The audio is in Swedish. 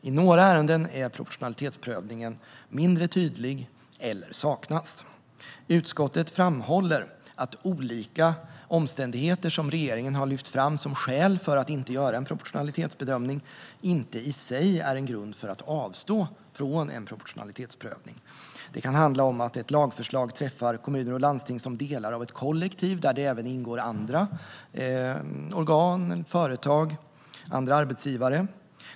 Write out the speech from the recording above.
I några ärenden är proportionalitetsprövningen mindre tydlig eller saknas. Utskottet framhåller att olika omständigheter som regeringen har lyft fram som skäl för att inte göra en proportionalitetsbedömning inte i sig är en grund för att avstå från en proportionalitetsprövning. Det kan handla om att ett lagförslag träffar kommuner och landsting som delar av ett kollektiv där det även ingår andra organ eller företag, andra arbetsgivare.